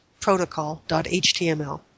Protocol.html